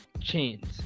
chains